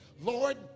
Lord